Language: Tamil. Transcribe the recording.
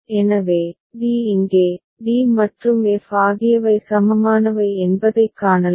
எனவே d இங்கே d மற்றும் f ஆகியவை சமமானவை என்பதைக் காணலாம்